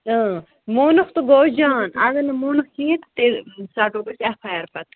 اۭں مونُکھ تہٕ گوٚو جان اگر نہٕ مونُکھ کِہیٖنۍ تہٕ تیٚلہِ ژَٹوکھ أسۍ اٮ۪ف آی آر پتہٕ